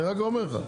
אני רק אומר לך,